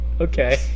Okay